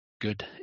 good